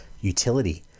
utility